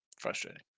frustrating